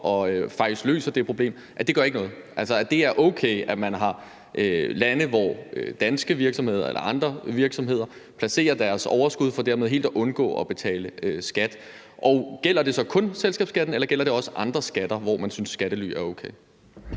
og faktisk løser – ikke gør noget. Det må altså betyde, at det er okay, at man har lande, hvor danske virksomheder eller andre virksomheder placerer deres overskud for dermed helt at undgå at betale skat. Og gælder det så kun i forhold til selskabsskatten, eller gælder det også i forhold til andre skatter, at man synes, skattely er okay?